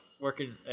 working